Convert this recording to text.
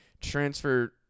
transfer